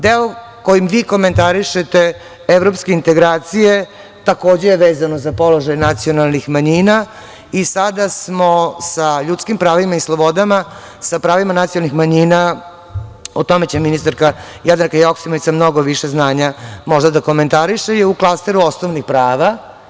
Deo koji vi komentarišete, evropske integracije, takođe vezano za položaj nacionalnih manjina i sada smo sa ljudskim pravima i slobodama, sa pravima nacionalnih manjina, o tome će ministarka Jadranka Joksimović sa mnogo više znanja, možda da komentariše, jer je u klasteru osnovnih prava.